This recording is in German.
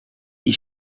die